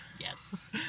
Yes